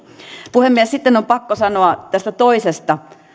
puhemies sitten on pakko sanoa tästä toisesta